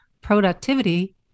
productivity